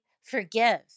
forgive